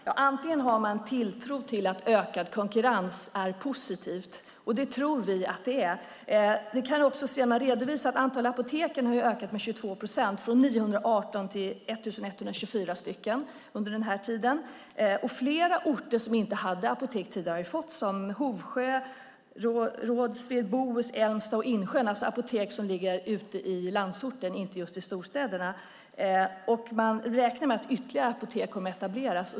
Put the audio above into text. Herr talman! Man kan ha en tilltro till att ökad konkurrens är positivt, och det har vi. Antalet apotek har ökat med 22 procent, från 918 till 1 124, under den här tiden. Och flera orter som tidigare inte hade apotek har fått apotek, till exempel Hovsjö, Rågsved, Bohus, Älmsta och Insjön. Det är alltså apotek som ligger ute i landsorten, inte just i storstäderna. Och man räknar med att ytterligare apotek kommer att etableras.